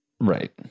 Right